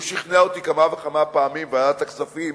הוא שכנע אותי כמה וכמה פעמים בוועדת הכספים,